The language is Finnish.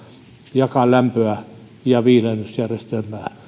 jakaa lämpöä ja toimia viilennysjärjestelmänä